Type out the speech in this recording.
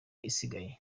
isigaye